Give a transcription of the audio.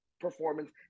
performance